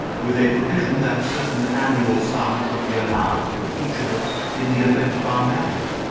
with a provision that a certain annual sum should be allowed to each of us in the event of our marriage.